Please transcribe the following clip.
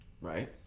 Right